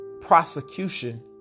prosecution